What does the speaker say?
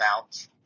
mount